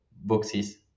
boxes